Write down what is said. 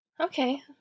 Okay